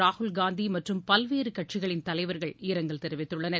ராகுல் காந்தி மற்றும் பல்வேறு கட்சிகளின் தலைவர்கள் இரங்கல் தெரிவித்தள்ளனர்